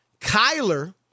Kyler